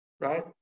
right